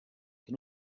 can